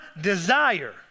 desire